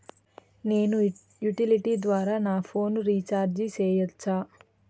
నేను యుటిలిటీ ద్వారా నా ఫోను రీచార్జి సేయొచ్చా?